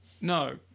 No